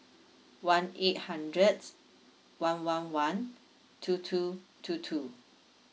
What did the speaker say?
one eight hundred one one one two two two two